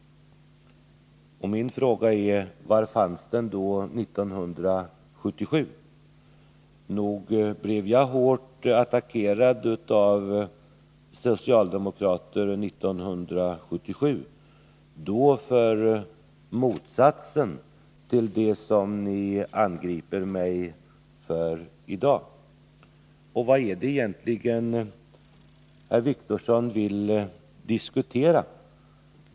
Och var fanns den 1977? Jag blev 1977 hårt attackerad av socialdemokrater för motsatsen till det som ni angriper mig för i dag. Vad är det egentligen herr Wictorsson vill diskutera?